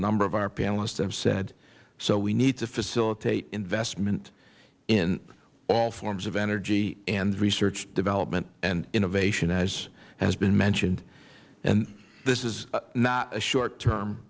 number of our panelists have said so we need to facilitate investment in all forms of energy and research and development and innovation as has been mentioned this is not a short term